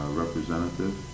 representative